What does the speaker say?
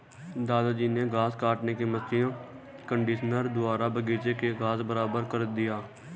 दादाजी ने घास काटने की मशीन कंडीशनर द्वारा बगीची का घास बराबर कर दिया